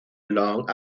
long